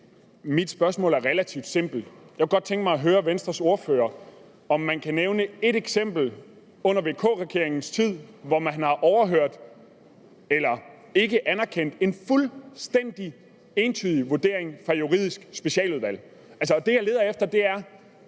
Mit spørgsmål er relativt simpelt. Jeg kunne godt tænke mig at spørge Venstres ordfører, om man kan nævne ét eksempel under VK-regeringens tid, hvor man har overhørt eller ikke har anerkendt en fuldstændig entydig vurdering fra Juridisk Specialudvalg. Det, jeg leder efter, er,